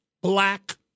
Black